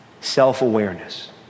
Self-awareness